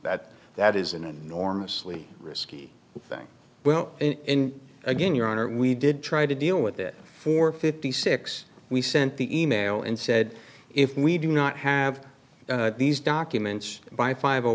that that is an enormously risky thing well and again your honor we did try to deal with it for fifty six we sent the email and said if we do not have these documents by five